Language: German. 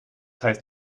heißt